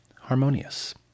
harmonious